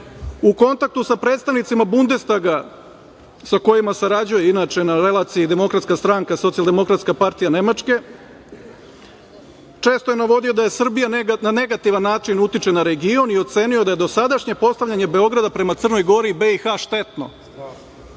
u kontaktu sa predstavnicima Bundestaga, sa kojima sarađuje inače na relaciji Demokratska stranka – Socijaldemokratska partija Nemačke, često je navodio da Srbija na negativan način utiče na region i ocenio da je dosadašnje postavljanje Beograda prema Crnoj Gori i BiH štetno.E,